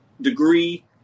degree